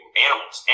animals